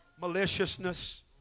Maliciousness